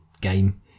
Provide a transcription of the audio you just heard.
game